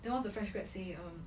then one of the fresh grad said um